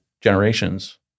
generations